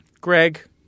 Greg